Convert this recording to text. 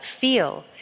feel